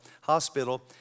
Hospital